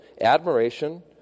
admiration